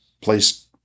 place